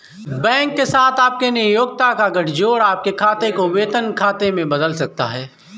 bank के साथ आपके नियोक्ता का गठजोड़ आपके खाते को वेतन खाते में बदल सकता है